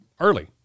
early